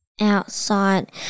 outside